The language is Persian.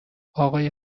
اقای